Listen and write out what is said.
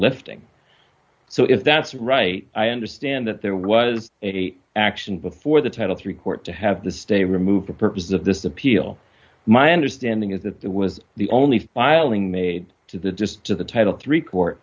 lifting so if that's right i understand that there was a action before the title three court to have the stay removed for purposes of this appeal my understanding is that that was the only filing made to the just to the title three court